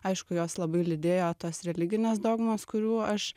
aišku juos labai lydėjo tos religinės dogmos kurių aš